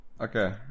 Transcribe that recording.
Okay